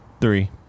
Three